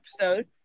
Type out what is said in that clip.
episode